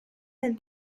del